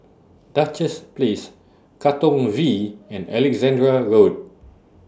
Duchess Place Katong V and Alexandra Road